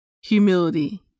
humility